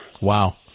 Wow